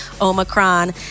Omicron